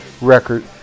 record